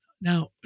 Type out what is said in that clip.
Now